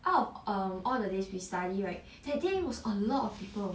out of um all the days we study right that day was a lot of people